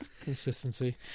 consistency